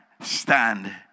stand